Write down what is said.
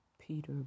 Peter